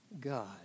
God